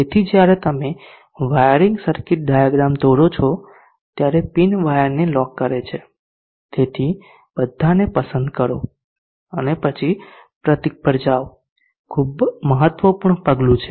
તેથી જ્યારે તમે વાયરિંગ સર્કિટ ડાયાગ્રામ દોરો છો ત્યારે પિન વાયરને લોક કરે છે તેથી બધાને પસંદ કરો અને પછી પ્રતીક પર જાઓ ખૂબ મહત્વપૂર્ણ પગલું છે